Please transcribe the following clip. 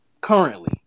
currently